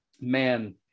man